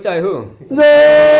ah who the